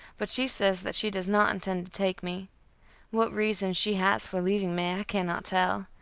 but she says that she does not intend take me what reason she has for leaving me i cannot tell.